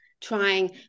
trying